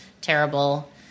terrible